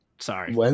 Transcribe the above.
sorry